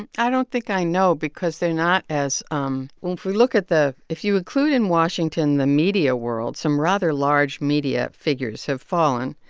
and i don't think i know because they're not as um well, if we look at the if you include in washington the media world, some rather large media figures have fallen,